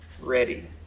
ready